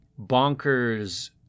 bonkers